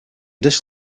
dish